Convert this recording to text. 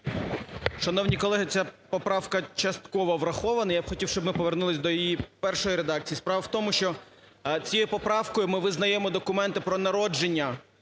Шановні колеги, ця поправка частково врахована. Я б хотів, щоб ми повернулися до її першої редакції. Справа в тому, що цією поправкою ми визнаємо документи про народження,